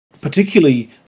Particularly